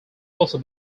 also